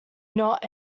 not